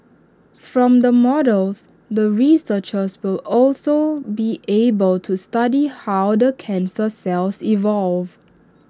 from the models the researchers will also be able to study how the cancer cells evolve